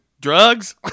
drugs